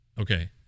Okay